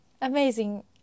amazing